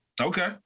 Okay